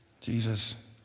Jesus